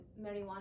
marijuana